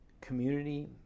community